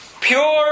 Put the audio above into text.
Pure